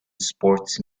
sports